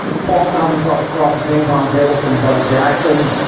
paul found himself across a ping pong table from bo jackson.